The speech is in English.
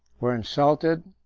were insulted,